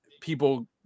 people